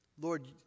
Lord